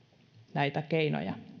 näitä keinoja